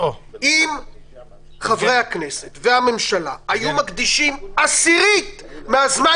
אם חברי הכנסת והממשלה היו מקדישים עשירית מהזמן